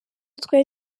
twari